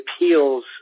appeals